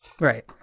Right